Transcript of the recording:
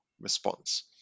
response